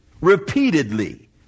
repeatedly